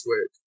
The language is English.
work